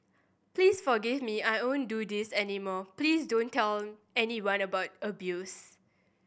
please forgive me I won't do this any more please don't tell anyone about the abuse